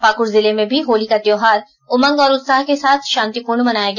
पाकुड़ जिले में भी होली का त्योहार उमंग और उत्साह के साथ शांतिपूर्ण मनाया गया